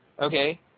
Okay